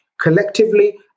collectively